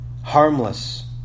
harmless